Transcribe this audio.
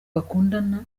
bakundana